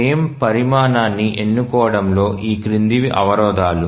frame పరిమాణాన్ని ఎన్నుకోవడంలో ఈ క్రిందివి అవరోధాలు